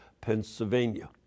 Pennsylvania